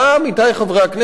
עמיתי חברי הכנסת,